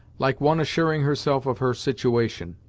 like one assuring herself of her situation.